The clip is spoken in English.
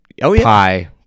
pie